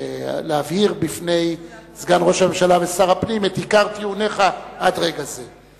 ולהבהיר בפני סגן ראש הממשלה ושר הפנים את עיקר טיעוניך עד רגע זה.